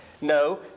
No